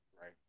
Right